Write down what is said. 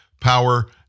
power